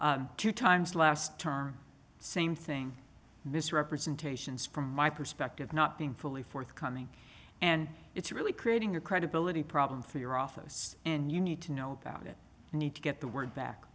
trouble two times last term same thing misrepresentations from my perspective not being fully forthcoming and it's really creating a credibility problem for your office and you need to know about it you need to get the word back